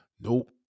Nope